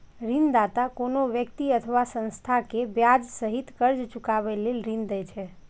ऋणदाता कोनो व्यक्ति अथवा संस्था कें ब्याज सहित कर्ज चुकाबै लेल ऋण दै छै